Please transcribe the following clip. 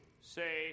say